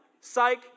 psych